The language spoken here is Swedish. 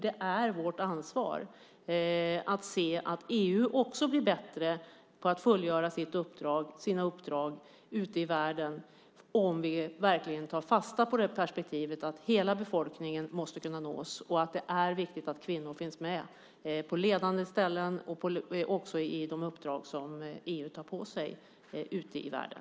Det är vårt ansvar att se till att EU också blir bättre på att fullgöra sina uppdrag ute i världen om vi verkligen tar fasta på att hela befolkningen måste kunna nås. Det är viktigt att kvinnor finns med i ledande ställning och också i de uppdrag som EU tar på sig ute världen.